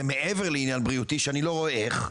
מעבר לעניין בריאותי שאני לא רואה איך,